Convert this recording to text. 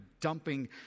dumping